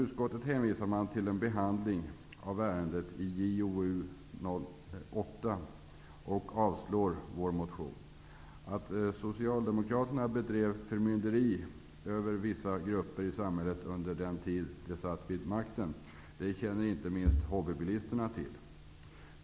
Utskottet hänvisar till en behandling av ärendet i Socialdemokraterna bedrev förmynderi över vissa grupper i samhället under den tid de satt vid makten känner inte minst hobbybilistena till.